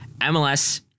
MLS